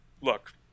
look